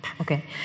okay